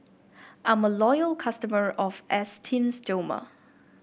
I'm a loyal customer of Esteem Stoma